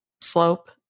slope